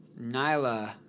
Nyla